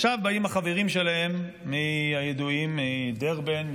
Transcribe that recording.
עכשיו באים החברים שלהם הידועים מדרבן,